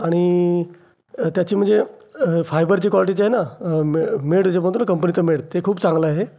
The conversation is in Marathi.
आणि त्याची म्हणजे फायबरची क्वाल्टी जी आहे ना मे मेड जे म्हणतो ना कंपनीचं मेड ते खूप चांगलं आहे